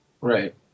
right